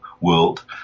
world